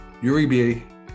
Uribe